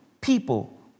people